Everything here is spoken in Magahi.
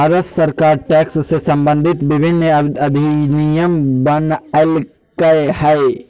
भारत सरकार टैक्स से सम्बंधित विभिन्न अधिनियम बनयलकय हइ